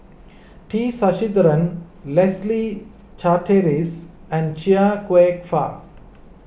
T Sasitharan Leslie Charteris and Chia Kwek Fah